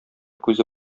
күзе